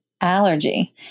allergy